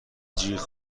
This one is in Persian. جیغ